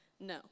no